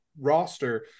roster